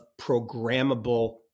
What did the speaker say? programmable